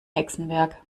hexenwerk